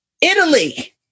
Italy